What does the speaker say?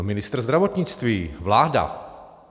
No, ministr zdravotnictví, vláda.